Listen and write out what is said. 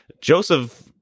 joseph